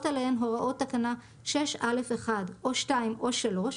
עליהן הוראות תקנה (6)(א)(1) או (2) או (3),